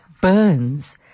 burns